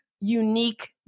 unique